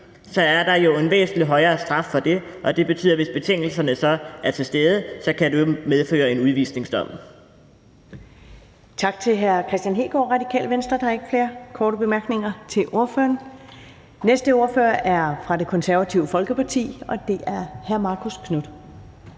er der jo en væsentlig højere straf for det, og det betyder, at hvis betingelserne er til stede, kan det medføre en udvisningsdom. Kl. 11:17 Første næstformand (Karen Ellemann): Tak til hr. Kristian Hegaard, Radikale Venstre. Der er ikke flere korte bemærkninger til ordføreren. Den næste ordfører er fra Det Konservative Folkeparti, og det er hr. Marcus Knuth.